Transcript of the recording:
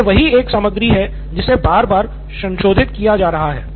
यह वही एक सामग्री है जिसे बार बार संशोधित किया जा रहा है